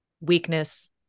weakness